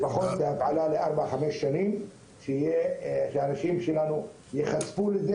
לפחות להפעלה של 4-5 שנים כדי שהאנשים שלנו ייחשפו לזה.